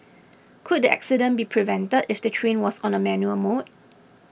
could the accident be prevented if the train was on a manual mode